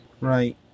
Right